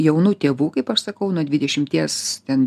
jaunų tėvų kaip aš sakau nuo dvidešimties ten